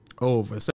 Over